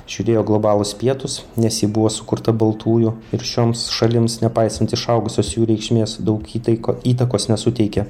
žiūrėjo globalūs pietūs nes ji buvo sukurta baltųjų ir šioms šalims nepaisant išaugusios jų reikšmės daug įtaik įtakos nesuteikė